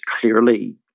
clearly